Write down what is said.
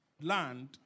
land